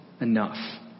enough